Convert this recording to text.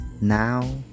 now